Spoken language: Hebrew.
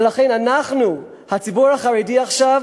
ולכן אנחנו, הציבור החרדי עכשיו,